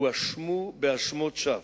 הואשמו באשמות שווא,